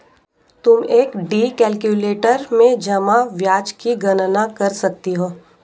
तुम FD calculator में जमा ब्याज की गणना कर सकती हो